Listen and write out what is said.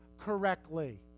correctly